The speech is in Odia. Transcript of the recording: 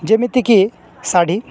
ଯେମିତିକି ଶାଢ଼ୀ